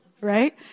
Right